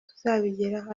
tuzabigeraho